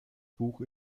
buch